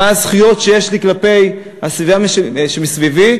מה הזכויות שיש לי כלפי הסביבה שלי,